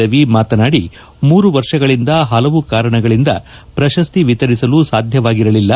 ರವಿ ಮಾತನಾಡಿ ಮೂರು ವರ್ಷಗಳಿಂದ ಹಲವು ಕಾರಣಗಳಿಂದ ಪ್ರಶಸ್ತಿ ವಿತರಿಸಲು ಸಾಧ್ಯವಾಗಿರಲಿಲ್ಲ